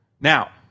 Now